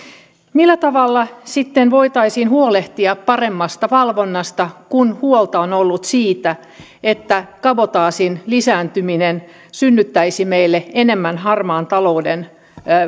millä tavalla sitten voitaisiin huolehtia paremmasta valvonnasta kun huolta on ollut siitä että kabotaasin lisääntyminen synnyttäisi meille enemmän harmaan talouden